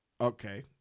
okay